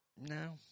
No